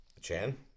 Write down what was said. Chan